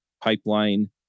pipeline